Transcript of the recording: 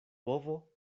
bovo